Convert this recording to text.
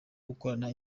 gukorana